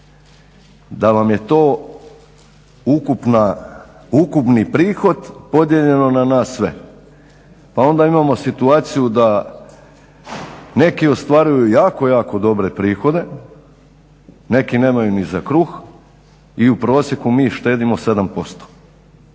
da vam je to ukupni prihod podijeljeno na nas sve, pa onda imamo situaciju da neki ostvaruju jako, jako dobre prihode, neki nemaju ni za kruh i u prosjeku mi štedimo 7%.